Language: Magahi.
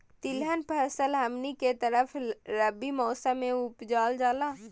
तिलहन फसल हमनी के तरफ रबी मौसम में उपजाल जाला